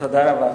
תודה רבה.